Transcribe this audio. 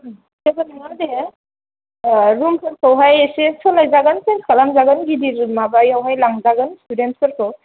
जेबो नङा दे अ रुम फोरखौहाय इसे सोलायजागोन चेन्ज खालामजागोन गिदिर माबायावहाय लांजागोन स्टुडेन्स फोरखौ